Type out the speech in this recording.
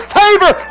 favor